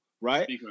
right